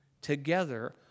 together